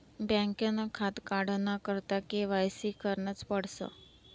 बँकनं खातं काढाना करता के.वाय.सी करनच पडस